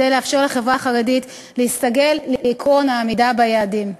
כדי לאפשר לחברה החרדית להסתגל לעקרון העמידה ביעדים.